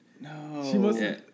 No